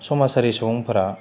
समाजारि सुबुंफोरा